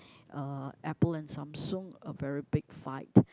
uh Apple and Samsung a very big fight